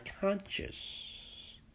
conscious